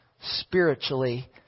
spiritually